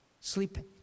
sleeping